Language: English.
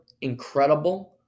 incredible